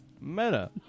Meta